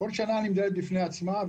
כל שנה נמדדת בפני עצמה.